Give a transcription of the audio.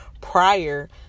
prior